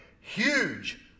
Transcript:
huge